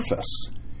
surface